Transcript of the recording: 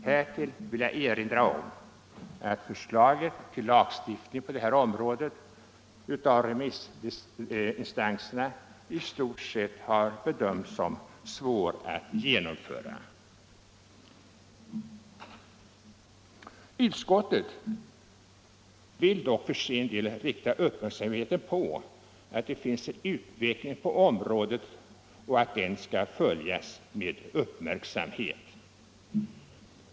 Jag vill dessutom erinra om att remissinstanserna bedömt förslaget till lagstiftning på detta område som svårt att genomföra. Utskottet säger att det pågår en utveckling på området och att den skall följas med uppmärksamhet.